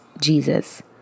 Jesus